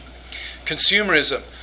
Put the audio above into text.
consumerism